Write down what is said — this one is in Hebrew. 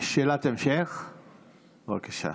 שאלת המשך, בבקשה.